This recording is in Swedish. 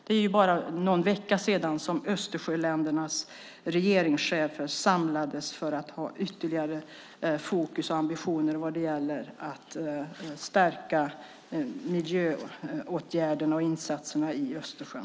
Det var bara någon vecka sedan Östersjöländernas regeringschefer samlades för att lägga ytterligare fokus och ambitioner på att stärka miljöåtgärderna och insatserna i Östersjön.